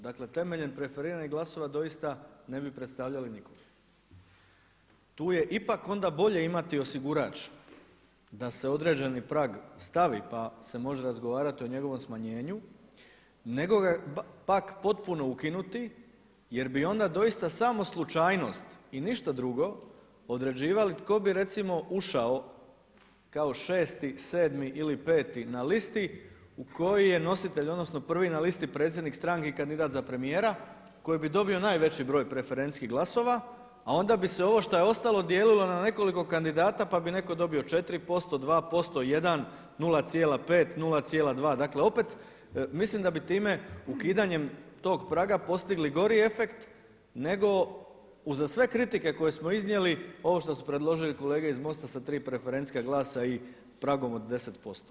Dakle temeljem preferiranih glasova doista ne bi predstavljali … Tu je ipak onda bolje imati osigurač da se određeni prag stavi pa se može razgovarati o njegovom smanjenju nego ga pak potpuno ukinuti jer bi onda doista samo slučajnost i ništa drugo određivali tko bi recimo ušao kao 6., 7. ili 5. na listi u koji je nositelj, odnosno 1. na listi predsjednik stranke i kandidat za premijera koji bi dobio najveći broj preferencijskih glasova a onda bi se ovo što je ostalo dijelilo na nekoliko kandidata pa bi netko dobio 4%, 2%, 1, 0,5, 0,2, dakle opet mislim da bi time, ukidanjem tog praga postigli gori efekt nego uza sve kritike koje smo iznijeli, ovo što su predložili kolege iz MOST-a sa 3 preferencijska glasa i pragom od 10%